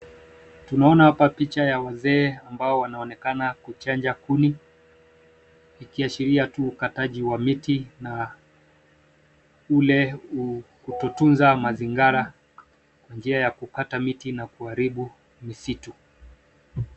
Tunaona hapa picha ya wazee ambao wanaonekana kuchanja kuni ikiashiria tu ukataji wa miti na ule kutotunza mazingara na njia ya kukata miti na kuharibu misitu.